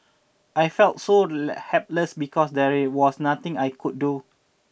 I felt so helpless because there was nothing I could do